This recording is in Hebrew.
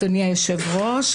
אדוני היושב-ראש,